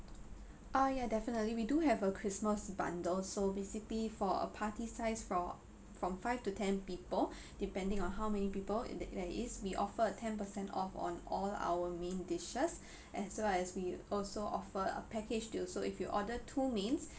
uh ya definitely we do have a christmas bundle so basically for a party size fro~ from five to ten people depending on how many people in the there is we offer a ten percent off on all our main dishes as well as we also offer a package deal so if you order two mains